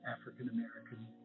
African-American